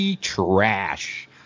trash